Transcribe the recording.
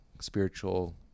spiritual